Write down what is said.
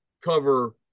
cover